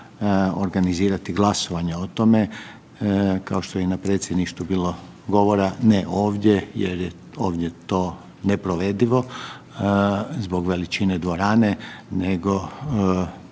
organizirati glasovanje o tome, kao što je i na predsjedništvu bilo govora, ne ovdje jer je ovdje to neprovedivo zbog veličine dvorane, nego